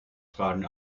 fragen